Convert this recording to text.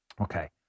Okay